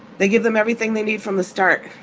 they give them everything they need from the start.